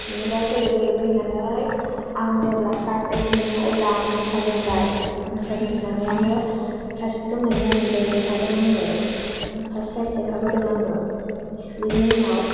बेनिफ्राय फोयै फोयै फैनानै आं जेब्ला क्लास ओइट मोनो अब्ला आं मोसाजेनबाय मोसाजेननानै आङो प्राइजखौथ' मोननाया मोनदों देरहादों आङो फार्स्त प्राइज देरहाबोदों आङो बेनि उनाव